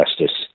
justice